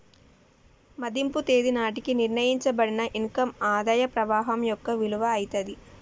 మదింపు తేదీ నాటికి నిర్ణయించబడిన ఇన్ కమ్ ఆదాయ ప్రవాహం యొక్క విలువ అయితాది